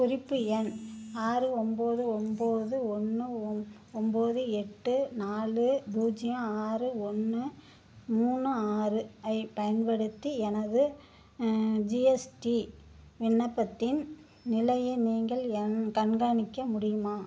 குறிப்பு எண் ஆறு ஒம்பது ஒம்பது ஒன்று ஒ ஒம்பது எட்டு நாலு பூஜ்ஜியம் ஆறு ஒன்று மூணு ஆறு ஐப் பயன்படுத்தி எனது ஜிஎஸ்டி விண்ணப்பத்தின் நிலையை நீங்கள் என் கண்காணிக்க முடியுமா